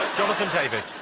jonathan, david.